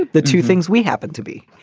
the two things we happen to be